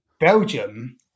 Belgium